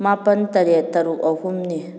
ꯃꯄꯟ ꯇꯔꯦꯠ ꯇꯔꯨꯛ ꯑꯍꯨꯝꯅꯤ